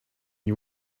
you